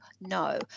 no